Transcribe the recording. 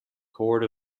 court